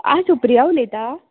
आं सुप्रिया उलयता